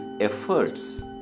efforts